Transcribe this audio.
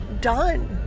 done